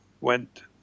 went